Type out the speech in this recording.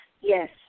Yes